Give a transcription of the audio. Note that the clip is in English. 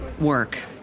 work